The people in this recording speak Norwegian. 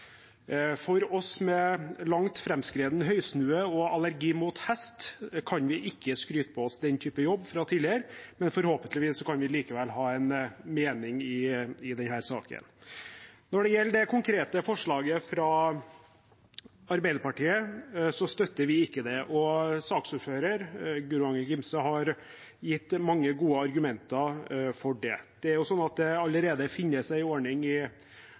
med langt framskreden høysnue og allergi mot hest kan ikke skryte på oss den typen jobb fra tidligere, men forhåpentligvis kan vi likevel ha en mening i denne saken. Når det gjelder det konkrete forslaget fra Arbeiderpartiet, støtter vi ikke det, og saksordføreren, Guro Angell Gimse, har gitt mange gode argumenter for det. Det finnes allerede en ordning gjennom Arbeids- og sosialdepartementet og Nav som skal gi 2 000 ungdommer sommerjobb. I